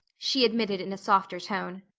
she admitted in a softer tone.